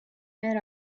had